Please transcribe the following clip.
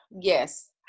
Yes